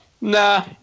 Nah